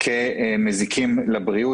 כמזיקים לבריאות.